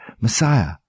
Messiah